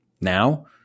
Now